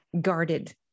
guarded